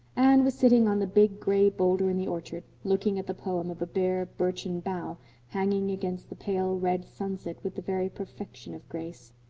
anne was sitting on the big gray boulder in the orchard looking at the poem of a bare, birchen bough hanging against the pale red sunset with the very perfection of grace.